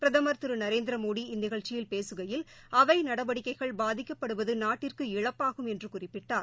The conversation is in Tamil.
பிரதமர் திரு நரேந்திரமோடி இந்நிகழ்ச்சியில் பேசுகையில் அவை நடவடிக்கைகள் பாதிக்கப்படுவது நாட்டிற்கு இழப்பாகும் என்று குறிப்பிட்டார்